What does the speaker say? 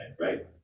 right